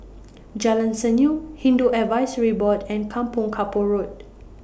Jalan Senyum Hindu Advisory Board and Kampong Kapor Road